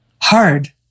hard